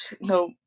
no